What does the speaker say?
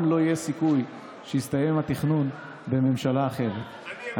לא יהיה סיכוי שיסתיים התכנון בממשלה אחרת.